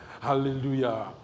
Hallelujah